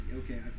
okay